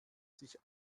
sich